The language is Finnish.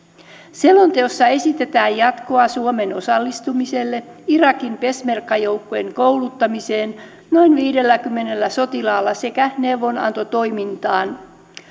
selonteossa esitetään jatkoa suomen osallistumiselle irakin peshmerga joukkojen kouluttamiseen noin viidelläkymmenellä sotilaalla sekä neuvonantotoimintaan